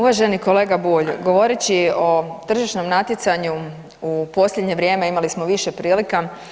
Uvaženi kolega Bulj, govoreći o tržišnom natjecanju u posljednje vrijeme imali smo više prilika.